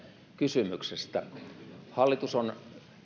kysymyksestä